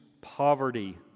poverty